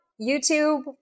YouTube